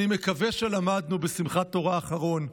אני מקווה שלמדנו בשמחת תורה האחרון,